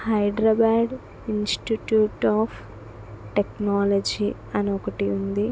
Hyderabad institute of technology